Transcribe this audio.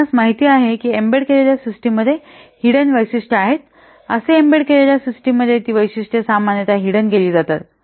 आपणास माहित आहे की एम्बेड केलेल्या सिस्टम मध्ये हिडन वैशिष्ट्य आहे आणि असे एम्बेड केलेल्या सिस्टममध्ये ती वैशिष्ट्ये सामान्यत हिडन केली जातात